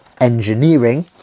Engineering